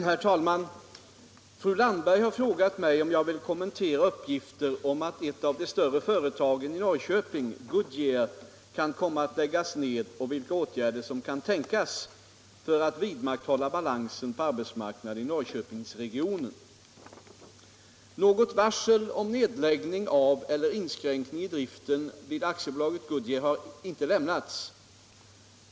Herr talman! Fru Landberg har frågat mig om jag vill kommentera uppgifter om att ett av de större företagen i Norrköping, Goodyear, kan komma att läggas ned och vilka åtgärder som kan tänkas för att vidmakthålla balansen på arbetsmarknaden i Norrköpingsregionen. Något varsel om nedläggning av eller inskränkning i driften vid AB Goodyear har inte lämnats.